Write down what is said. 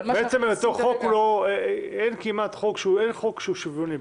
מעצם היותו חוק, אין חוק שהוא שוויוני.